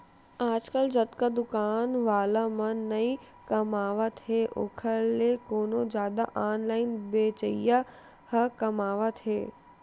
आजकल जतका दुकान वाला मन नइ कमावत हे ओखर ले कतको जादा ऑनलाइन बेचइया ह कमावत हें